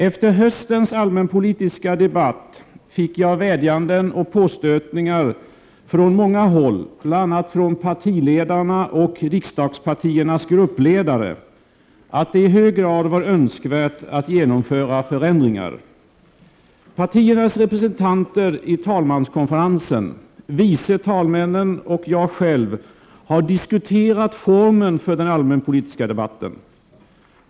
Efter höstens allmänpolitiska debatt fick jag vädjanden och påstötningar från många håll, bl.a. från partiledarna och riksdagspartiernas gruppledare, att det i hög grad var önskvärt att genomföra förändringar. Partiernas representanter i talmanskonferensen, vice talmännen och jag själv har diskuterat formen för den allmänpolitiska debatten.